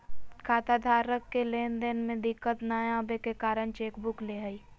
खाताधारक के लेन देन में दिक्कत नयय अबे के कारण चेकबुक ले हइ